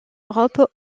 europe